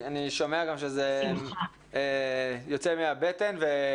אני שומע גם שזה יוצא מהבטן.